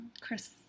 Chris